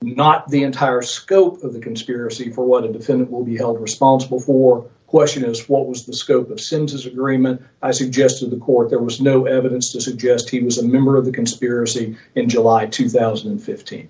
not the entire scope of the conspiracy for what a defendant will be held responsible for question is what was the scope of simms as agreement i suggest of the court there was no evidence to suggest he was a member of the conspiracy in july two thousand and fifteen